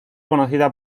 conocida